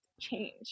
change